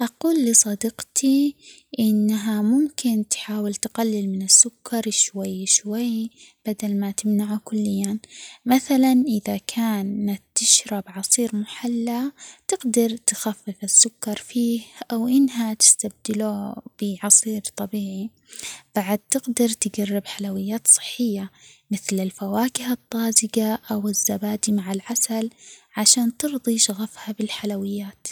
أقول لصديقتي إنها ممكن تحاول تقلل من السكر شوي شوي بدل ما تمنعه كلياً مثلاً إذا كانت تشرب عصير محلى تقدر تخفف السكر فيه أو إنها تستبدله بعصير طبيعي بعد تقدرتجرب حلويات صحية مثل الفواكه الطازجة أو الزبادي مع العسل عشان ترضي شغفها بالحلويات.